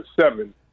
seven